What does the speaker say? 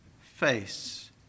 face